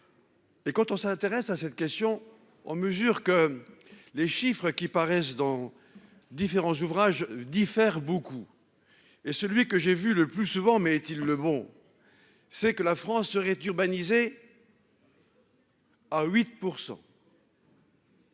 Et quand on s'intéresse à cette question en mesure que. Les chiffres qui paraissent dans différents ouvrages diffère beaucoup. Et celui que j'ai vu le plus souvent, mais est-il le bon. C'est que la France serait d'urbaniser. À 8%.